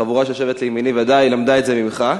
החבורה שיושבת לימיני ודאי למדה את זה ממך.